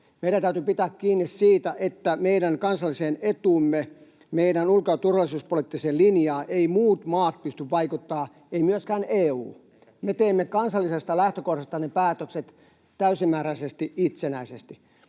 Meidän täytyy pitää kiinni siitä, että meidän kansalliseen etuumme, meidän ulko‑ ja turvallisuuspoliittiseen linjaamme eivät muut maat pysty vaikuttamaan, ei myöskään EU. Me teemme kansallisesta lähtökohdasta päätökset täysimääräisesti itsenäisesti.